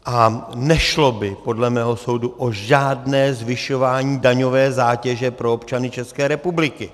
A nešlo by podle mého soudu o žádné zvyšování daňové zátěže pro občany České republiky.